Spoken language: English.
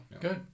Good